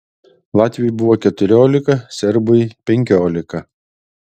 latviui buvo keturiolika serbui penkiolika